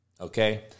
Okay